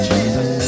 Jesus